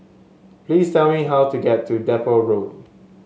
please tell me how to get to Depot Road